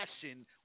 passion